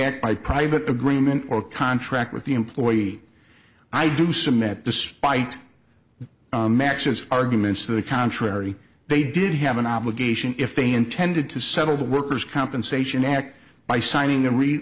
by private agreement or contract with the employee i do submit despite max's arguments to the contrary they did have an obligation if they intended to settle the worker's compensation act by signing a rea